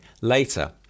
later